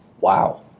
Wow